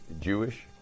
Jewish